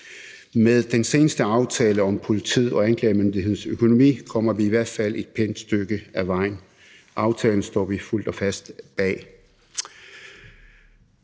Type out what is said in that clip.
Med den seneste aftale om politiet og anklagemyndighedens økonomi kommer vi i hvert fald et pænt stykke ad vejen. Aftalen står vi fuldt og fast bag.